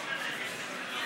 של החקיקה במושב?